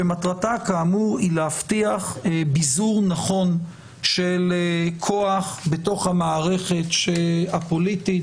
שמטרתה כאמור היא להבטיח ביזור נכון של כוח בתוך המערכת הפוליטית,